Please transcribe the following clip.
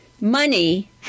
money